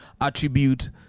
attribute